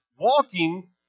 Walking